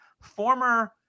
Former